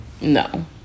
No